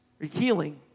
Healing